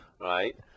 right